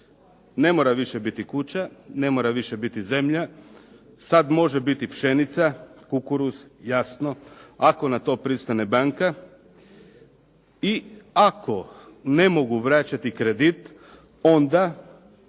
Ne mora više biti kuća, ne mora više biti zemlja, sad može biti i pšenica, kukuruz, jasno, ako na to pristane banka i ako ne mogu vraćati kredit, onda